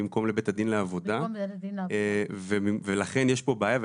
במקום לבית הדין לעבודה ולכן יש פה בעיה.